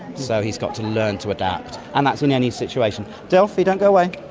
so he's got to learn to adapt, and that's in any situation. delphi, don't go away,